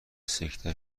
سکته